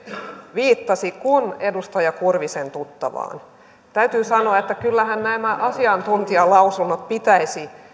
viittasi kuin edustaja kurvisen tuttavaan täytyy sanoa että kyllähän nämä asiantuntijalausunnot pitäisi